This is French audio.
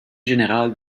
générale